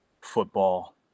football